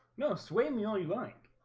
no, sway me all you like